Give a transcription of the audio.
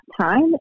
time